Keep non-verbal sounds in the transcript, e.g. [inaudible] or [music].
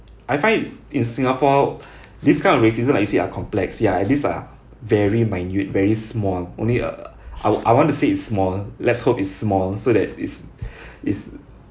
I find in singapore [breath] this kind of racism that you see are complex ya at least are very minute very small only uh I w~ I want to say it's small let's hope it's small so that [breath] it's it's